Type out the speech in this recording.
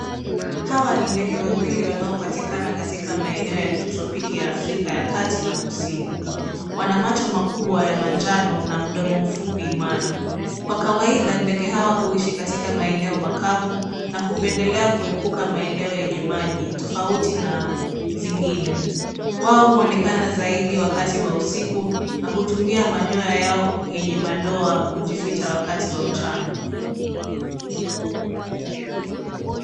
Hawa ni ndege wawili wanaopatikana katika maeneo ya kitropiki ya Afrika ya kati na kusini. Wana macho makubwa ya manjano na mdomo mfupi imara. Kwa kawaida ndege hawa huishi katika maeneo makavu na hupendelea kuepuka maeneo yenye maji tofauti na zingine. Wao huonekana zaidi wakati wa usiku na hutumia manyoya yao yenye madoa kujificha wakati wa mchana.